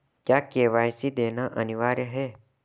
क्या के.वाई.सी देना अनिवार्य है?